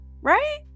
right